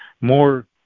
more